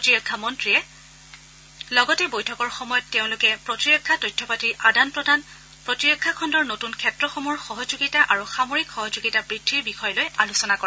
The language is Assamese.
প্ৰতিৰক্ষা মন্ত্ৰীয়ে লগতে বৈঠকৰ সময়ত তেওঁলোকে প্ৰতিৰক্ষা তথ্যপাতিৰ আদান প্ৰদান প্ৰতিৰক্ষা খণ্ডৰ নতূন ক্ষেত্ৰসমূহৰ সহযোগিতা আৰু সামৰিক সহযোগিতা বৃদ্ধিৰ বিষয় লৈ আলোচনা কৰে